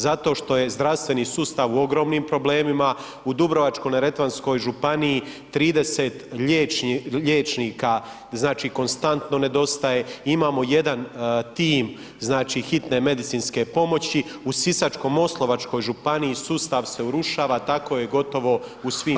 Zato što je zdravstveni sustav u ogromnim problemima, u Dubrovačko-neretvanskoj županiji 30 liječnika znači konstantno nedostaje, imamo jedan tim znači hitne medicinske pomoći u Sisačko-moslavačkoj županiji sustav se urušava, tako je gotovo u svim [[Upadica: Hvala vam]] županijama.